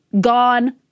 gone